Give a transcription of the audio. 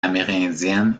amérindiennes